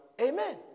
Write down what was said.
Amen